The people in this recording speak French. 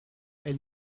elle